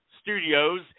studios